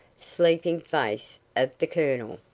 sleeping face of the colonel,